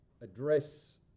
address